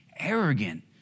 arrogant